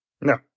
No